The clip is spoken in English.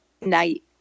night